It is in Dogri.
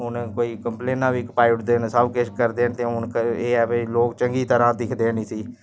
गोरमैंट केह् करदी ऐ कुछ बी पढ़ना कुछ बी पेपर शेपर होऐ गोरमैंट केह् करदी पैह्लै फोन च भेजीओड़दी